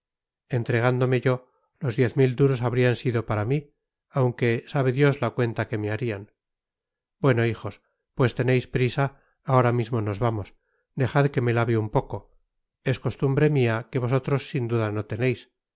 entregándome yo los diez mil duros habrían sido para mí aunque sabe dios la cuenta que me harían bueno hijos pues tenéis prisa ahora mismo nos vamos dejad que me lave un poco es costumbre mía que vosotros sin duda no tenéis